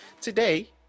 today